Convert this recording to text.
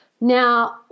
Now